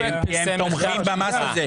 הן תומכות במס הזה.